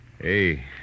Hey